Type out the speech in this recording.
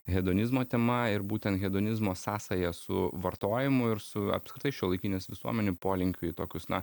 hedonizmo tema ir būtent hedonizmo sąsaja su vartojimu ir su apskritai šiuolaikinės visuomenių polinkiu į tokius na